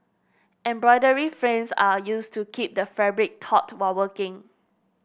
embroidery frames are used to keep the fabric taut while working